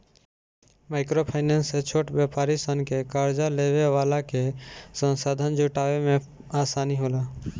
micro finance से छोट व्यापारी सन के कार्जा लेवे वाला के संसाधन जुटावे में आसानी होला